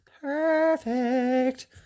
perfect